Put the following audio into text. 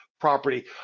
property